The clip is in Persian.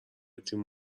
تیم